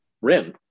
rim